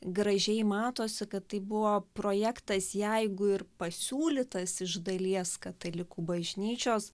gražiai matosi kad tai buvo projektas jeigu ir pasiūlytas iš dalies katalikų bažnyčios